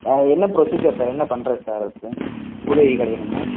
அது என்ன procedure sir என்ன பண்ணுறது சார் அதுக்கு புது ஐடி கார்டு வேணுமுன்னால்